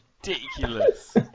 ridiculous